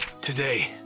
today